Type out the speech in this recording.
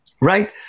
right